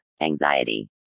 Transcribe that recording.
Anxiety